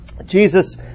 Jesus